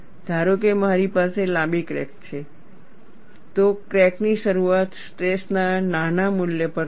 ધારો કે મારી પાસે લાંબી ક્રેક છે તો ક્રેક ની શરૂઆત સ્ટ્રેસ ના નાના મૂલ્ય પર થશે